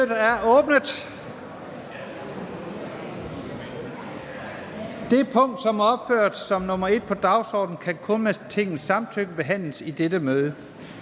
Jensen): Det punkt, som er opført som nr. 1 på dagsordenen, kan kun med Tingets samtykke behandles i dette møde.